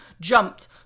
jumped